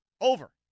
Over